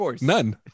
none